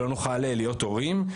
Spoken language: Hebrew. שלא נוכל להיות הורים,